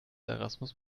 erasmus